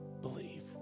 Believe